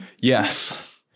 yes